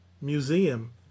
museum